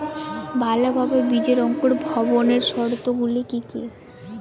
ভালোভাবে বীজের অঙ্কুর ভবনের শর্ত গুলি কি কি?